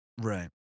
right